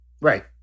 Right